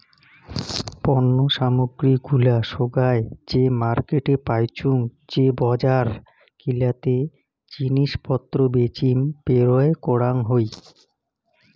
পণ্য সামগ্রী গুলা সোগায় যে মার্কেটে পাইচুঙ যে বজার গিলাতে জিনিস পত্র বেচিম পেরোয় করাং হই